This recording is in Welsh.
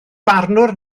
barnwr